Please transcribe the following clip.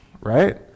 right